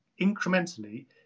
incrementally